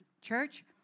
church